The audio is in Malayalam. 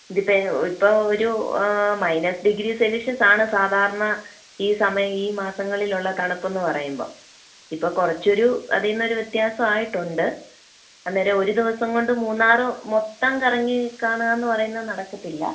ഇത് ഇപ്പം ഇപ്പോൾ ഒരു മൈനസ് ഡിഗ്രി സെൽഷ്യസ് ആണ് സാധാരണ ഈ സമയം ഈ മാസങ്ങളിലുള്ള തണുപ്പെന്ന് പറയുമ്പോൾ ഇപ്പോൾ കുറച്ച് ഒരു അതിൽനിന്ന് ഒരു വ്യത്യാസം ആയിട്ടുണ്ട് അന്നേരം ഒരു ദിവസം കൊണ്ട് മൂന്നാർ മൊത്തം കറങ്ങി കാണാമെന്ന് പറയുന്നത് നടക്കത്തില്ല